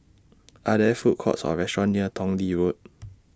Are There Food Courts Or restaurants near Tong Lee Road